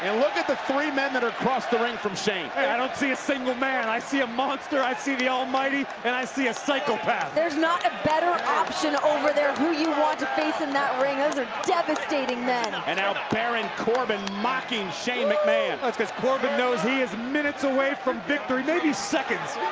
and look at the three men that are across the ring from shane. and i don't see a single man. i see a monster. i see the almighty and i see a psychopath. there's not a better option over there who you want to face in that ring as a devastating man. and ah now baron corbin mocking shane mcmahon. that's because corbin knows he is minutes away from victory, eighty seconds.